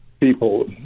people